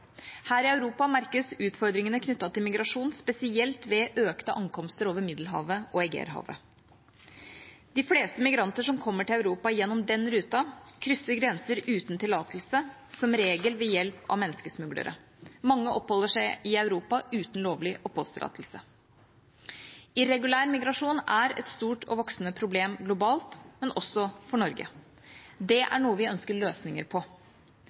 Her i Europa merkes utfordringene knyttet til migrasjon spesielt ved økte ankomster over Middelhavet og Egeerhavet. De fleste migranter som kommer til Europa gjennom den ruten, krysser grenser uten tillatelse, som regel ved hjelp av menneskesmuglere. Mange oppholder seg i Europa uten lovlig oppholdstillatelse. Irregulær migrasjon er et stort og voksende problem globalt, men også for Norge. Det er noe vi ønsker løsninger på.